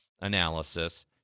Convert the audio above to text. analysis